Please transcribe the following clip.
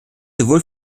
sowohl